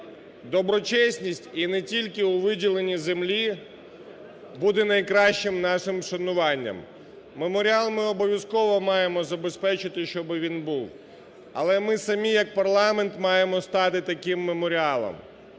Доброчесність і не тільки у виділенні землі буде найкращим нашим шануванням. Меморіал ми обов'язково маємо забезпечити, щоб він був. Але ми самі як парламент маємо стати таким меморіалом.